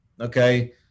okay